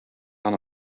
aan